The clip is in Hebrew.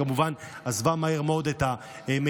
שכמובן עזבה מהר מאוד את המליאה,